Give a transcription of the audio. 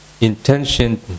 intention